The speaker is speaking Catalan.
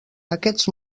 aquests